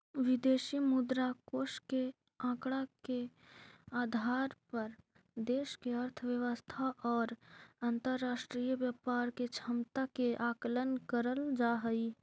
विदेशी मुद्रा कोष के आंकड़ा के आधार पर देश के अर्थव्यवस्था और अंतरराष्ट्रीय व्यापार के क्षमता के आकलन करल जा हई